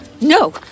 no